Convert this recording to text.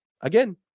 again